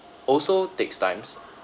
also takes times